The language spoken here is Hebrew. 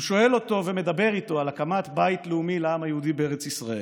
והוא שואל אותו ומדבר איתו על הקמת בית לאומי לעם היהודי בארץ ישראל,